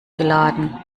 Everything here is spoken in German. geladen